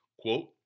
Quote